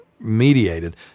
Mediated